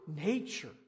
nature